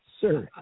sir